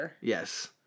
Yes